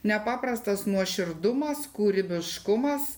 nepaprastas nuoširdumas kūrybiškumas